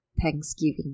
thanksgiving